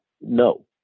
No